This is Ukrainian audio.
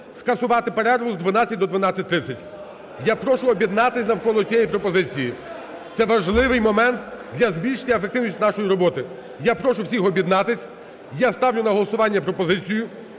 скасувати перерву з 12 до 12:30. Я прошу об'єднатися навколо цієї пропозиції, це важливий момент для збільшення ефективності нашої роботи. Я прошу всіх об'єднатися. Я ставлю на головування пропозицію,